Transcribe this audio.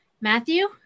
Matthew